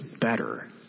better